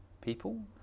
people